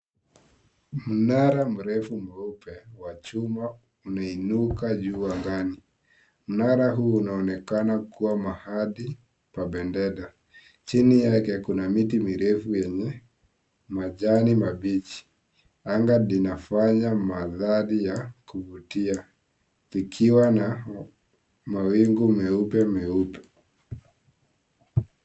Mnara mrefu mrupe nyeupe wa chuma umeinuka juu ya angani. Mnaara huu unaonekana kuwa mahali pa bendera, chini yake kuna miti mirefu yenye majani mabichi, anga linafanya madhari kuvutia likiwa na mawingu meupe meupe.